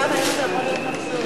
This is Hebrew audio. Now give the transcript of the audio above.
שם החוק, כהצעת הוועדה,